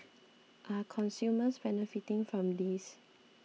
are consumers benefiting from this